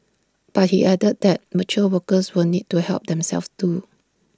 but he added that mature workers will need to help themselves too